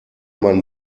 man